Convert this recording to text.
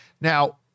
Now